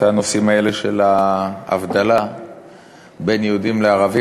את הנושאים האלה של ההבדלה בין יהודים לערבים,